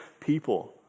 people